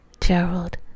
Gerald